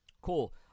Cool